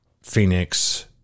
Phoenix